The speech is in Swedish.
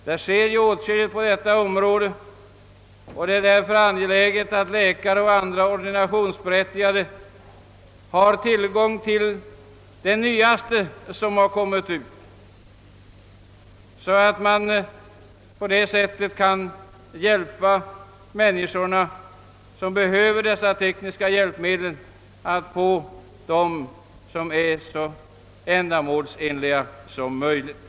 Det sker åtskilligt på detta område, och det är därför angeläget att läkare och andra ordinationsberättigade har tillgång till det nyaste som kommit ut så att de kan hjälpa de människor som behöver dessa tekniska hjälpmedel att få så ändamålsenliga sådana som möjligt.